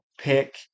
pick